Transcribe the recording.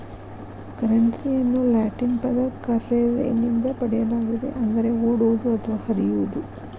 ಕರೆನ್ಸಿಯನ್ನು ಲ್ಯಾಟಿನ್ ಪದ ಕರ್ರೆರೆ ನಿಂದ ಪಡೆಯಲಾಗಿದೆ ಅಂದರೆ ಓಡುವುದು ಅಥವಾ ಹರಿಯುವುದು